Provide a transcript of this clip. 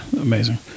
amazing